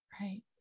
Right